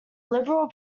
liberal